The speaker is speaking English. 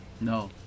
No